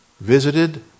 visited